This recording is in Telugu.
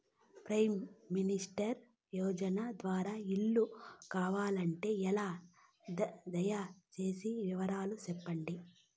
ప్రైమ్ మినిస్టర్ యోజన ద్వారా ఇల్లు కావాలంటే ఎలా? దయ సేసి వివరాలు సెప్పండి?